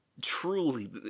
Truly